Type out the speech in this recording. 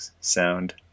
sound